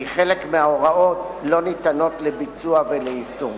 כי חלק מההוראות לא ניתנות לביצוע וליישום.